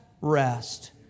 rest